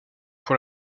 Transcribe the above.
pour